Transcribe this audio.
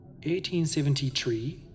1873